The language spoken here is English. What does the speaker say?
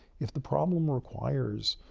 if the problem requires